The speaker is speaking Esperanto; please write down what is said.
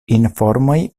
informoj